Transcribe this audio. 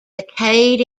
decayed